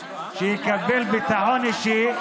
שיקבל ביטחון אישי,